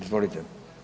Izvolite.